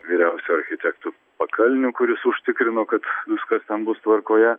vyriausiuoju architektu pakalniu kuris užtikrino kad viskas ten bus tvarkoje